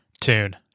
tune